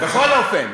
בכל אופן,